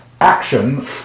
action